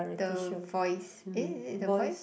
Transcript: the voice eh is it the voice